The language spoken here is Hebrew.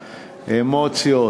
אמוציות,